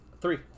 Three